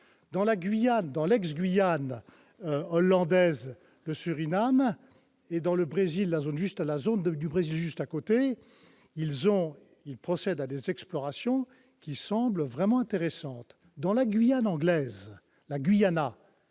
Dans l'ex-Guyane hollandaise, le Suriname, et dans la zone du Brésil située juste à côté, il est procédé à des explorations qui semblent vraiment intéressantes. Dans la Guyane anglaise, le Guyana,